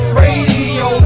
radio